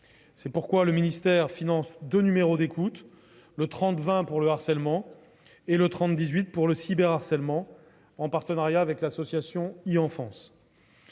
C'est pourquoi le ministère finance deux numéros d'écoute, le 3020 pour le harcèlement et le 3018 pour le cyberharcèlement, en partenariat avec l'association e-Enfance.